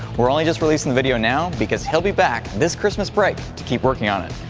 we're only just releasing the video now because he'll be back this christmas break to keep working on it.